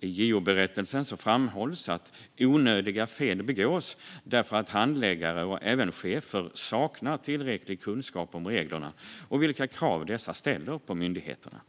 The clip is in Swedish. I JO-berättelsen framhålls att onödiga fel begås därför att handläggare och även chefer saknar tillräcklig kunskap om reglerna och vilka krav dessa ställer på myndigheterna.